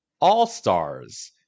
All-stars